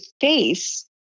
face